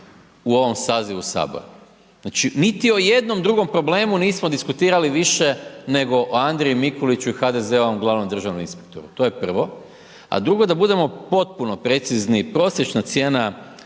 u ovom sazivu Sabora? Znači niti o jednom drugom problemu nismo diskutirali više nego o Andriji Mikuliću i HDZ-ovom glavnom državnom inspektoru, to je prvo. A drugo da budemo potpuno precizni, prosječna cijena